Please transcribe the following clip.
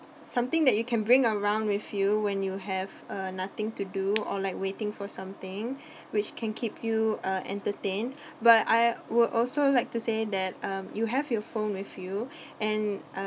something that you can bring around with you when you have uh nothing to do or like waiting for something which can keep you uh entertained but I would also like to say that um you have your phone with you and uh